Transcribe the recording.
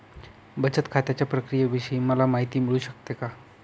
बचत खात्याच्या प्रक्रियेविषयी मला माहिती मिळू शकते का?